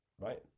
Right